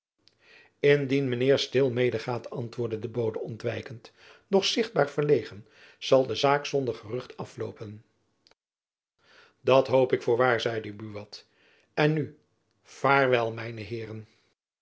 indien mijn heer stil mede gaat antwoordde de bode ontwijkend doch zichtbaar verlegen zal de zaak zonder gerucht afloopen dat hoop ik voorwaar zeide buat en nu vaartwel mijne heeren